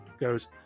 goes